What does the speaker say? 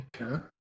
Okay